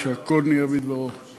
אני קובע שהצעת חוק מקרקעי ישראל (השגה על שומות מקרקעין),